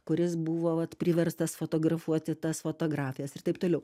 kuris buvo vat priverstas fotografuoti tas fotografijas ir taip toliau